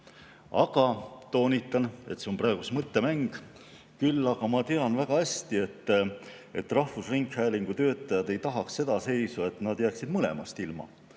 Ma toonitan, et see on praegu mõttemäng. Küll aga ma tean väga hästi, et rahvusringhäälingu töötajad ei tahaks sellist seisu, et nad jääksid mõlemast ilma